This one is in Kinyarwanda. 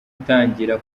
utangira